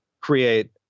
create